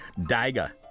Daiga